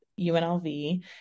UNLV